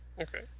Okay